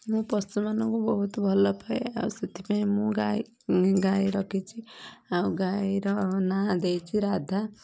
ମୁଁ ପଶୁମାନଙ୍କୁ ବହୁତ ଭଲ ପାଏ ଆଉ ସେଥିପାଇଁ ମୁଁ ଗାଈ ଗାଈ ରଖିଚି ଆଉ ଗାଈର ନା ଦେଇଛି ରାଧା